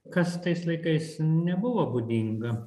kas tais laikais nebuvo būdinga